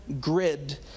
grid